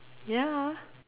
ya